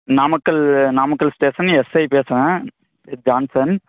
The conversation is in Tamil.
நாமக்கல் நாமக்கல் ஸ்டேஷன் எஸ்ஐ பேசுகிறேன் ஜான்சன்